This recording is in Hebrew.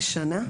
בשנה?